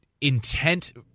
intent